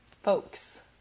folks